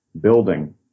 building